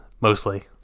Mostly